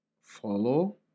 follow